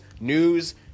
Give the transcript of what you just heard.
news